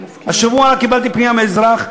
השבוע קיבלתי פנייה מאזרח,